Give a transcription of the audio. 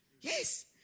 Yes